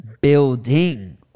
Building